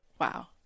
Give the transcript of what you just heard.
Wow